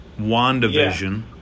WandaVision